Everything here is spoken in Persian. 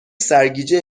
سرگیجه